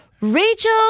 rachel